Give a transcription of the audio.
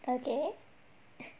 okay